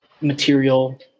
material